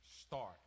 start